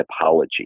apology